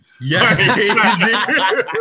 Yes